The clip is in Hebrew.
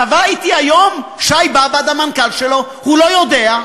קבע אתי היום שי באב"ד, המנכ"ל שלו, הוא לא יודע,